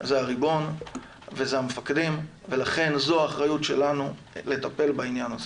זה הריבון וזה המפקדים ולכן זו האחריות שלנו לטפל בעניין הזה.